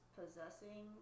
possessing